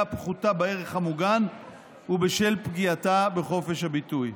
הפחותה בערך המוגן ובשל פגיעתה בחופש הביטוי.